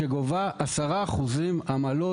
שגובה מהלקוחות 10% עמלות,